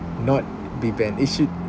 not be banned it should